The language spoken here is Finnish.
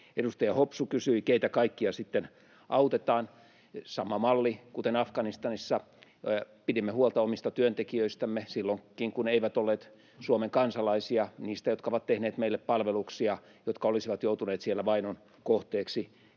Edustaja Hopsu kysyi, keitä kaikkia sitten autetaan. Sama malli kuin Afganistanissa: pidimme huolta omista työntekijöistämme, silloinkin, kun eivät olleet Suomen kansalaisia, niistä, jotka ovat tehneet meille palveluksia ja jotka olisivat joutuneet siellä vainon kohteeksi.